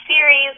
series